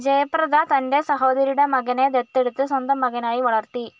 ജയപ്രദ തന്റെ സഹോദരിയുടെ മകനെ ദത്തെടുത്ത് സ്വന്തം മകനായി വളർത്തി